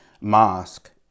mosque